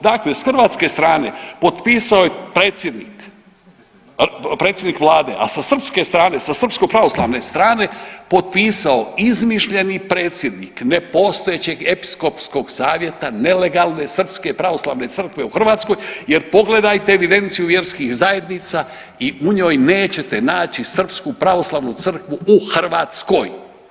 Dakle, s hrvatske strane potpisao je predsjednik Vlade, a sa srpske strane, sa srpsko-pravoslavne strane potpisao izmišljeni predsjednik nepostojećeg Episkopskog savjeta nelegalne srpske pravoslavne crkve u Hrvatskoj, jer pogledajte evidenciju vjerskih zajednica i u njoj nećete naći srpsku pravoslavnu crkvu u Hrvatskoj.